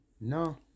No